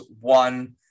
One